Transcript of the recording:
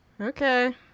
Okay